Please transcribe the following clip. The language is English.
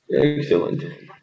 Excellent